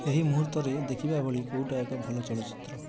ଏହି ମୁହୂର୍ତ୍ତରେ ଦେଖିବା ଭଳି କେଉଁଟା ଏକ ଭଲ ଚଳଚ୍ଚିତ୍ର